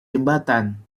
jembatan